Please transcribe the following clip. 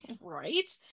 Right